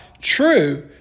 true